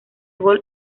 gol